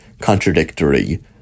contradictory